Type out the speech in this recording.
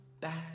bad